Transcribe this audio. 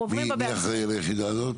מי אחראי על היחידה הזאת?